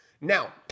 Now